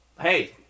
Hey